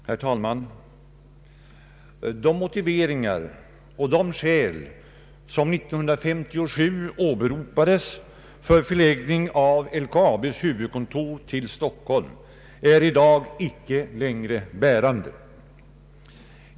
Herr talman! De motiveringar som 1957 åberopades för förläggning av LKAB:s huvudkontor till Stockholm är i dag icke längre bärande.